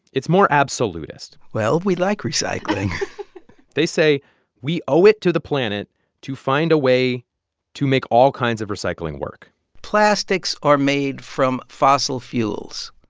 it's more absolutist well, we like recycling they say we owe it to the planet to find a way to make all kinds of recycling work plastics are made from fossil fuels.